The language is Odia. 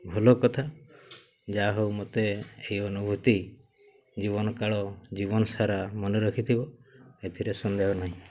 ଭଲ କଥା ଯା ହଉ ମୋତେ ଏହି ଅନୁଭୂତି ଜୀବନକାଳ ଜୀବନ ସାରା ମନେ ରଖିଥିବ ଏଥିରେ ସନ୍ଦେହ ନାହିଁ